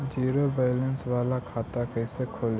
Zero balance बाला खाता कैसे खोले?